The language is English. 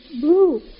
Blue